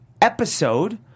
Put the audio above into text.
episode